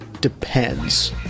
depends